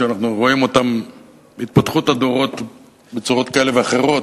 שאנחנו רואים אותן בהתפתחות הדורות בצורות כאלה ואחרות.